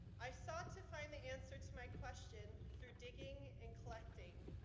i sought to find the answer to my question through digging and collecting.